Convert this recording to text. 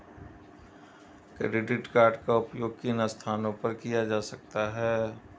Credit card का उपयोग किन स्थानों पर किया जा सकता है?